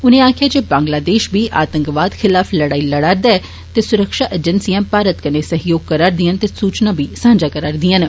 उनें आक्खेआ जे बंग्लादेष बी आतंकवाद खलाफ लड़ाई लड़ा'रदा ऐ ते सुरक्षा एजेंसियां भारत कन्नै सैह्योग करा'रदियां न ते सूचना सांझा करा'रदियां न